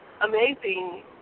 amazing